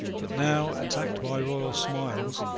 but now, attacked by royal smiles,